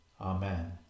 Amen